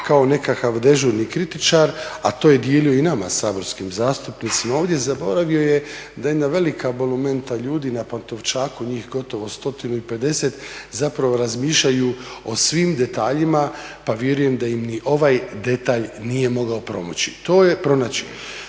kao nekakav dežurni kritičar, a to je dijelio i nama saborskim zastupnicima ovdje. Zaboravio je da jedna velika bolumenta ljudi na Pantovčaku, njih gotovo 150 zapravo razmišljaju o svim detaljima, pa vjerujem da im i ovaj detalj nije mogao promaći. To je zapravo